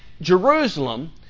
Jerusalem